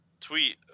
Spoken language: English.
tweet